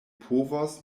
povos